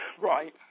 Right